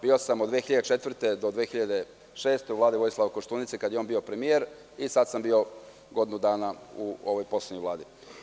Bio sam od 2004. do 2006. godine u Vladi Vojislava Koštunice, kada je on bio premijer i sada sam bio godinu dana u ovoj poslednjoj Vladi.